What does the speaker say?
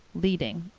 leading,